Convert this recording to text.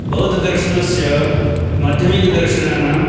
बौद्धदर्शनस्य माध्यमिकदर्शनानाम्